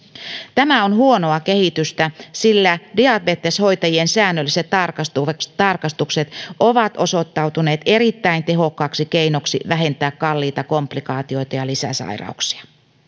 tämä on huonoa kehitystä sillä diabeteshoitajien säännölliset tarkastukset tarkastukset ovat osoittautuneet erittäin tehokkaaksi keinoksi vähentää kalliita komplikaatioita ja lisäsairauksia